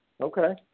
Okay